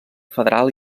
federal